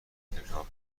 تکرار